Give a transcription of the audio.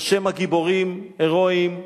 או שמא גיבורים, הירואיים?